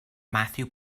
matthew